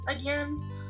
again